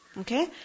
Okay